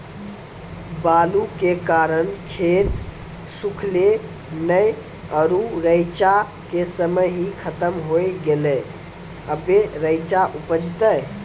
बालू के कारण खेत सुखले नेय आरु रेचा के समय ही खत्म होय गेलै, अबे रेचा उपजते?